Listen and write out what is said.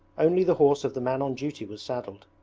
only the horse of the man on duty was saddled,